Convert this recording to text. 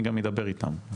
ואני גם אדבר איתם.